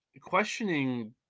questioning